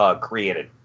created